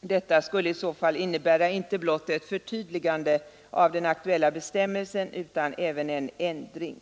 Detta skulle i så fall innebära inte blott ett förtydligande av den aktuella bestämmelsen utan även en ändring.